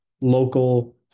local